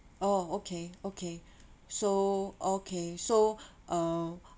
oh okay okay so okay so uh